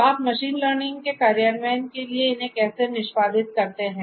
तो आप machine learning के कार्यान्वयन के लिए इन्हें कैसे निष्पादित करते हैं